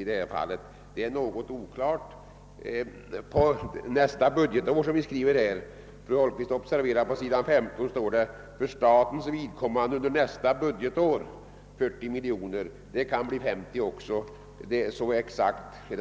I reservationen 2 sägs — det står på s. 15 i utskottets betänkande — att kostnaden för de höjda ortsavdragen för statens vidkommande beräknas uppgå till 40 miljoner kronor under nästa budgetår. Det kan kanske bli 50 miljoner kronor, ty det är som sagt